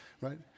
right